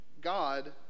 God